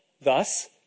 Thus